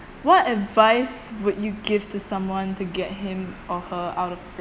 what advice would you give to someone to get him or her out of